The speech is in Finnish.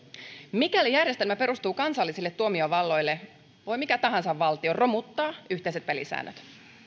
mikäli järjestelmä perustuu kansallisille tuomiovalloille voi mikä tahansa valtio romuttaa yhteiset pelisäännöt